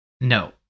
No